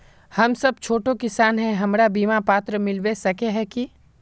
हम सब छोटो किसान है हमरा बिमा पात्र मिलबे सके है की?